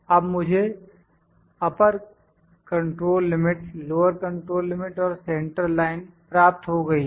अब मुझे upper control limit lower control limit और सेंटर लाइन प्राप्त हो गई है